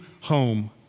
home